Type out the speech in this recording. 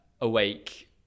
awake